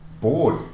bored